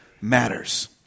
matters